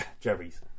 jerry's